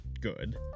good